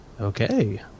Okay